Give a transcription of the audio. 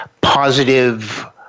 positive